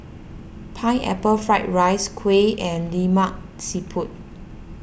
Pineapple Fried Rice Kuih and Lemak Siput